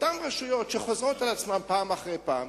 אותן רשויות שחוזרות על עצמן פעם אחרי פעם,